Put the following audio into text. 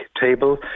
table